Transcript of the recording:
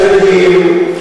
יש עדים.